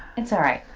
it's alright,